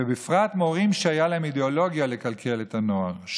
ובפרט מורים שהייתה להם אידיאולוגיה לקלקל את הנוער.